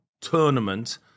tournament